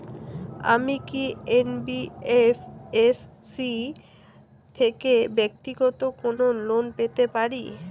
আমি কি এন.বি.এফ.এস.সি থেকে ব্যাক্তিগত কোনো লোন পেতে পারি?